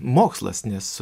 mokslas nes